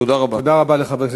תודה רבה.